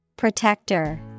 Protector